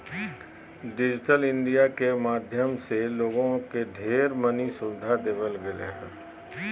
digital India के माध्यम से लोगों के ढेर मनी सुविधा देवल गेलय ह